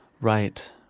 right